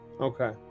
Okay